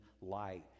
light